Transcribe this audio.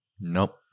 Nope